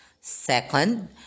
second